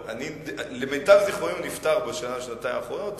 למיטב זיכרוני הוא נפטר בשנה-שנתיים האחרונות,